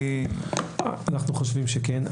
אנחנו חושבים שכן.